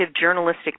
journalistic